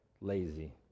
lazy